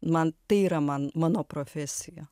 man tai yra man mano profesija